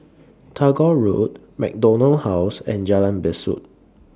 Tagore Road MacDonald House and Jalan Besut